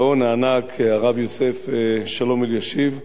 הגאון הענק, הרב יוסף שלום אלישיב,